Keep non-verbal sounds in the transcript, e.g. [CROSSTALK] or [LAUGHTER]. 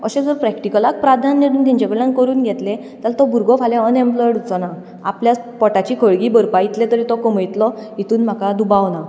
अशें जर प्रॅक्टीकलाक प्राधान्य दिवन तांचे कडल्यान करून घेतलें जाल्यार तो भुरगो फाल्यां अनएम्पलॉयड उरचो ना आपल्याच पोठाची [UNINTELLIGIBLE] भरपा इतलें तरी तो कमयतलो हितून म्हाका दुबाव ना